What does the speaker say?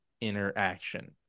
interaction